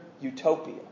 utopia